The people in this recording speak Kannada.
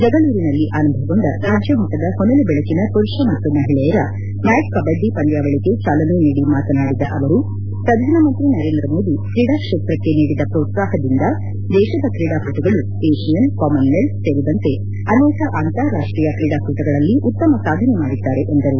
ಜಗಳೂರಿನಲ್ಲಿ ಆರಂಭಗೊಂಡ ರಾಜ್ಯಮಟ್ಟದ ಹೊನಲು ಬೆಳಕಿನ ಮರುಷ ಮತ್ತು ಮಹಿಳೆಯರ ಮ್ಕಾಟ್ ಕಬಡ್ಡಿ ಪಂದ್ಯಾವಳಿಗೆ ಚಾಲನೆ ನೀಡಿ ಮಾತನಾಡಿದ ಅವರು ಪ್ರಧಾನಮಂತ್ರಿ ನರೇಂದ್ರ ಮೋದಿ ಕ್ರೀಡಾ ಕ್ಷೇತ್ರಕ್ಕೆ ನೀಡಿದ ಪೋತ್ಸಾಪದಿಂದ ದೇಶದ ಕ್ರೀಡಾಪಟುಗಳು ಏಷಿಯನ್ ಕಾಮನ್ವೆಲ್ತ್ ಸೇರಿದಂತೆ ಅನೇಕ ಅಂತರಾಷ್ಟೀಯ ಕ್ರೀಡಾಕೂಟಗಳಲ್ಲಿ ಉತ್ತಮ ಸಾಧನೆ ಮಾಡಿದ್ದಾರೆ ಎಂದರು